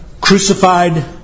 crucified